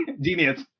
Genius